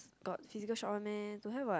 got physical shop one meh don't have what